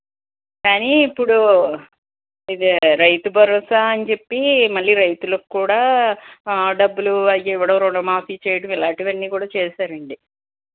కానీ ఇప్పుడు ఇది రైతు భరోసా అని చెప్పి మళ్ళీ రైతులకు కూడా డబ్బులు అవి ఇవ్వడం ఋణమాఫీ చేయడం ఇలాంటివన్నీ కూడా చేశాడండీ